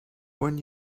when